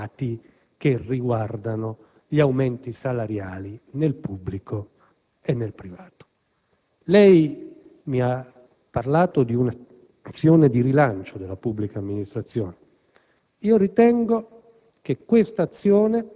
se verranno resi noti i dati che riguardano gli aumenti salariali nel pubblico e nel privato. Lei ha parlato di un'azione di rilancio della pubblica amministrazione.